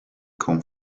con